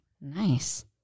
nice